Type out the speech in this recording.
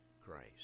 Christ